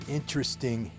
interesting